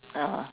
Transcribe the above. ah